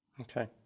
Okay